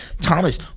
Thomas